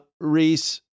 Reese